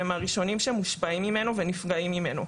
והם הראשונים שמושפעים ונפגעים ממנו.